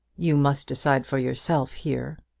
you must decide for yourself here.